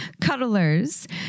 cuddlers